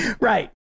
Right